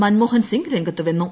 Manmohan Singh രംഗത്തുവന്നു